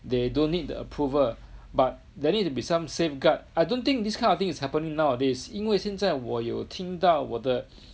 they don't need the approval but there need to be some safeguard I don't think this kind of thing is happening nowadays 因为现在我有听到我的